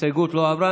ההסתייגות לא עברה.